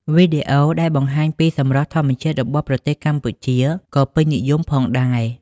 វីដេអូដែលបង្ហាញពីសម្រស់ធម្មជាតិរបស់ប្រទេសកម្ពុជាក៏ពេញនិយមផងដែរ។